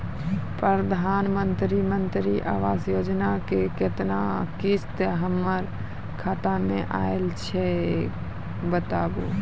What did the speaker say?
प्रधानमंत्री मंत्री आवास योजना के केतना किस्त हमर खाता मे आयल छै बताबू?